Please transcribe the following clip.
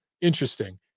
Interesting